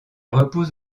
repose